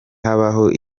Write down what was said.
habaho